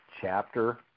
chapter